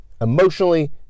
emotionally